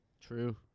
True